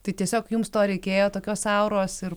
tai tiesiog jums to reikėjo tokios auros ir